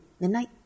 Midnight